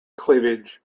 cleavage